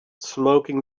smoking